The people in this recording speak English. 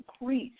increase